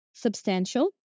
Substantial